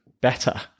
better